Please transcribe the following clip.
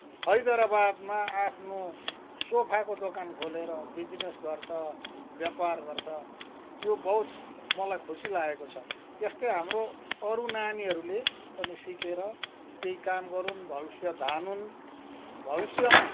हैदराबादमा आफ्नो सोफाको दोकान खोलेर बिजिनेस गर्छ व्यापार गर्छ त्यो बहुत मलाई खुसी लागेको छ त्यस्तै हाम्रो अरू नानीहरूले पनि सिकेर केही काम गरुन् भविष्य धानुन् भविष्यमा